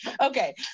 okay